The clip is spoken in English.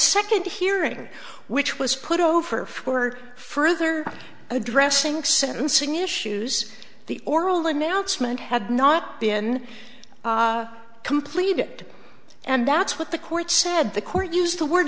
second hearing which was put over for further addressing sentencing issues the oral announcement had not been completed and that's what the court said the court used the word